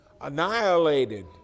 annihilated